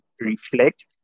reflect